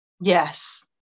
Yes